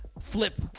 Flip